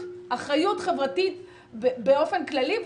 אחריות חברתית באופן כללי,